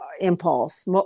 impulse